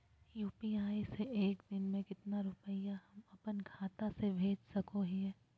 UPI से एक दिन में कितना रुपैया हम अपन खाता से भेज सको हियय?